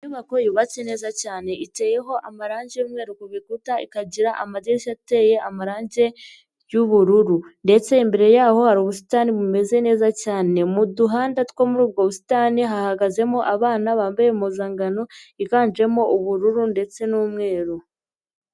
Inyubako yubatse neza cyane iteyeho amarangi y'umweru ku bikuta ikagira amadirishya ateye amarange y'ubururu ndetse imbere y'aho hari ubusitani bumeze neza cyane, mu duhanda two muri ubwo busitani hahagazemo abana bambaye impuzangano yiganjemo ubururu ndetse n'umweru.